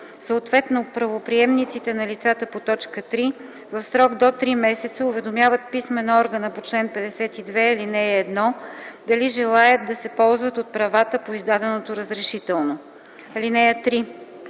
съответно правоприемниците на лицата по т. 3, в срок до 3 месеца уведомяват писмено органа по чл. 52, ал. 1 дали желаят да се ползват от правата по издаденото разрешително. (3)